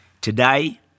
Today